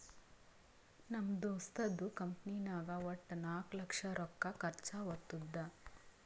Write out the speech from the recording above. ನಮ್ ದೋಸ್ತದು ಕಂಪನಿನಾಗ್ ವಟ್ಟ ನಾಕ್ ಲಕ್ಷ ರೊಕ್ಕಾ ಖರ್ಚಾ ಹೊತ್ತುದ್